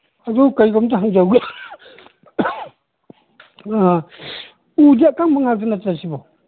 ꯑꯗꯨ ꯀꯩꯒꯨꯝꯇ ꯍꯪꯖꯍꯧꯒꯦ ꯎꯁꯦ ꯑꯀꯪꯕ ꯉꯥꯛꯇ ꯅꯠꯇ꯭ꯔ ꯁꯤꯕꯣ